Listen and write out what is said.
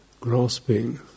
Grasping